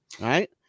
right